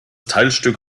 teilstück